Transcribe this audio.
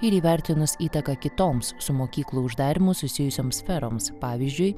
ir įvertinus įtaką kitoms su mokyklų uždarymu susijusioms sferoms pavyzdžiui